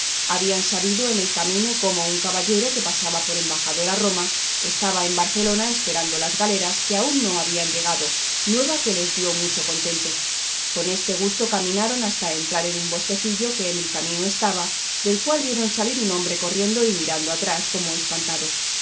habían sabido en el camino cómo un caballero que pasaba por embajador a roma estaba en barcelona esperando las galeras que aún no habían llegado nueva que les dio mucho contento con este gusto caminaron hasta entrar en un bosquecillo que en el camino estaba del cual vieron salir un hombre corriendo y mirando atrás como espantado